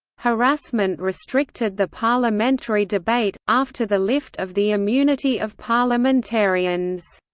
harassment restricted the parliamentary debate, after the lift of the immunity of parliamentarians.